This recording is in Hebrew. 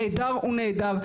נעדר הוא נעדר.